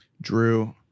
Drew